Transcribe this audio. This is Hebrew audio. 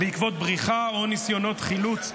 בעקבות בריחה או ניסיונות חילוץ,